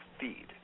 feed